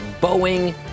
Boeing